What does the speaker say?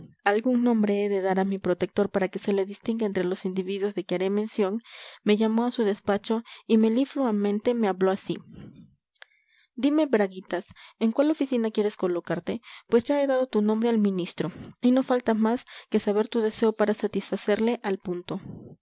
de cien siglos el real consejo y cámara de castilla y la sala de alcaldes cuando d buenaventura algún nombre he de dar a mi protector para que se le distinga entre los individuos de que haré mención me llamó a su despacho y melifluamente me habló así dime braguitas en cuál oficina quieres colocarte pues ya he dado tu nombre al ministro y no falta más que saber tu deseo para satisfacerle al punto